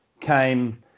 came